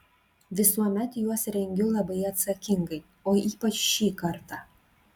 visuomet juos rengiu labai atsakingai o ypač šį kartą